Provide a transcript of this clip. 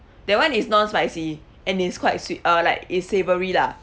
that one is non-spicy and it's quite sweet uh like it's savoury lah